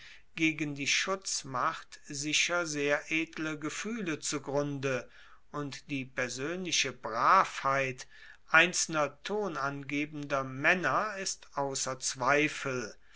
gegen die schutzmacht sicher sehr edle gefuehle zugrunde und die persoenliche bravheit einzelner tonangebender maenner ist ausser zweifel